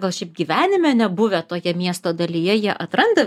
gal šiaip gyvenime nebuvę tokiam miesto dalyje jie atranda